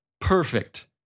Perfect